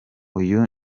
uyu